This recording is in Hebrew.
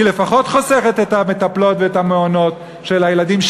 היא לפחות חוסכת את המטפלות ואת המעונות של הילדים,